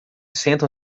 sentam